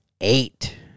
eight